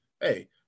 hey